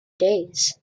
days